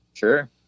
Sure